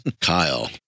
Kyle